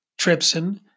trypsin